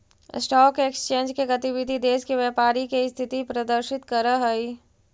stock exchange के गतिविधि देश के व्यापारी के स्थिति के प्रदर्शित करऽ हइ